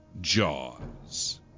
Jaws